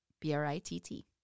B-R-I-T-T